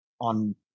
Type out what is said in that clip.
on